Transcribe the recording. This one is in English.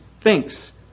thinks